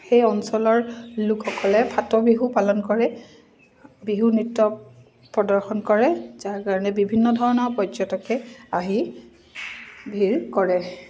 সেই অঞ্চলৰ লোকসকলে ফাট বিহু পালন কৰে বিহু নৃত্য প্ৰদৰ্শন কৰে যাৰ কাৰণে বিভিন্ন ধৰণৰ পৰ্যটকে আহি ভিৰ কৰে